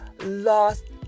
lost